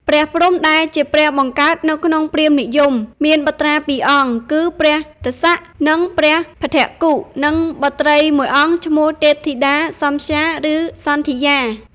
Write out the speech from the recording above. ព្រះព្រហ្ម ដែលជាព្រះបង្កើតនៅក្នុងព្រាហ្មណ៍និយម មានបុត្រា២អង្គ គឺ ព្រះទក្សៈ និងព្រះភ្ឋគុ និងបុត្រី១អង្គឈ្មោះ ទេពធីតាសំធ្យា ឬសន្ធិយា។